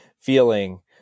feeling